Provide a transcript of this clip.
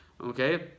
Okay